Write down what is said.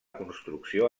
construcció